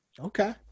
Okay